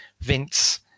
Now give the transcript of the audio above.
vince